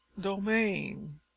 domain